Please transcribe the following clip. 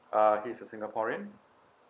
uh he's a singaporean